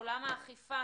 עולם האכיפה